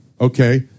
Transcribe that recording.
Okay